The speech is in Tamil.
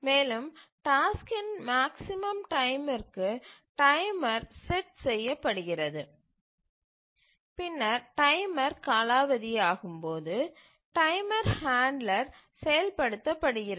மேலும் டாஸ்க்கின் மேக்ஸிமம் டைமிற்கு டைமர் செட் செய்யப்படுகிறது பின்னர் டைமர் காலாவதியாகும் போது டைமர் ஹாண்டுலர் செயல்படுத்தப்படுகிறது